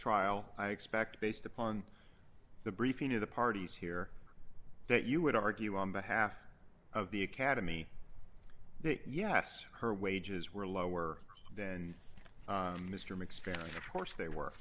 trial i expect based upon the briefing of the parties here that you would argue on behalf of the academy that yes her wages were lower than mr mix fans of course they were